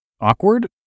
Awkward